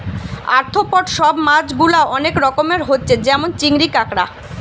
arthropod সব মাছ গুলা অনেক রকমের হচ্ছে যেমন চিংড়ি, কাঁকড়া